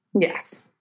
Yes